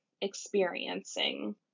experiencing